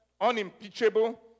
unimpeachable